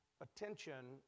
attention